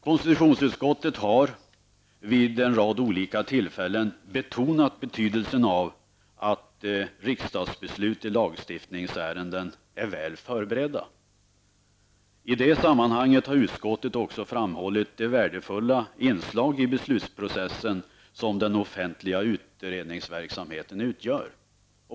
Konstitutionsutskottet har vid en rad olika tillfällen betonat betydelsen av att riksdagsbeslut i lagstiftningsärenden är väl förberedda. I det sammanhanget har utskottet också framhållit det värdefulla inslag i beslutsprocessen som den offentliga utredningsverksamheten utgör.